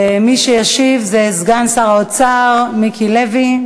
מי שישיב זה סגן שר האוצר, מיקי לוי.